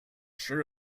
sure